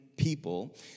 People